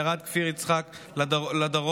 ירד כפיר יצחק לדרום,